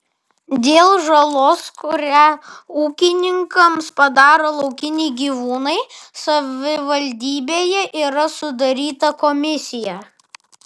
dėl žalos kurią ūkininkams padaro laukiniai gyvūnai savivaldybėje yra sudaryta komisija